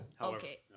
Okay